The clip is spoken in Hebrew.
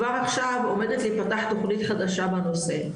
כבר עכשיו עומדת להיפתח תוכנית חדשה בנושא,